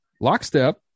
lockstep